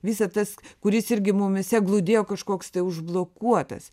visa tas kuris irgi mumyse glūdėjo kažkoks užblokuotas